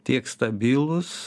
tiek stabilūs